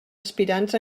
aspirants